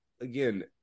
again